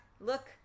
Look